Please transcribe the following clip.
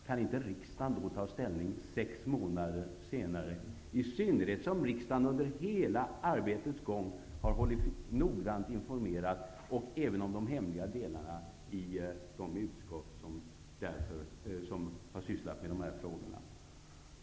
Kan riksdagen då inte ta ställning sex månader senare, i synnerhet som riksdagen under hela arbetets gång har hållit sig noggrant informerad även om de hemliga delarna i de utskott som har sysslat med dessa frågor?